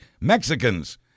Mexicans